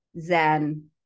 zen